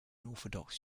orthodox